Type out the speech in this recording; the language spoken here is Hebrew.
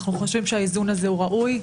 אנחנו חושבים שהאיזון הזה הוא ראוי.